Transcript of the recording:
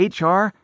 HR